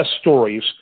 stories